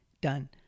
done